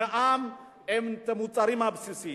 ממע"מ על המוצרים הבסיסיים.